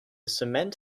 cement